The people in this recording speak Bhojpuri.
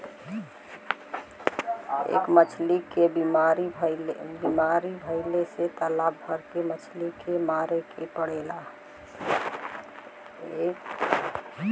एक मछली के बीमारी भइले से तालाब भर के मछली के मारे के पड़ेला